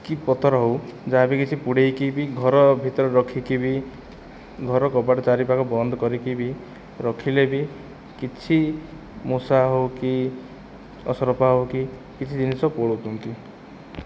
କି ପତର ହେଉ ଯାହା ବି କିଛି ପୁଡ଼େଇକି ବି ଘର ଭିତରେ ରଖିକି ବି ଘର କବାଟ ଚାରିପାଖ ବନ୍ଦ କରିକି ବି ରଖିଲେ ବି କିଛି ମୂଷା ହେଉ କି ଅସରପା ହେଉ କି କିଛି ଜିନିଷ ପଳଉଛନ୍ତି